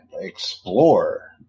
explore